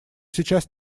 сейчас